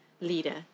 leader